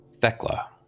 Thecla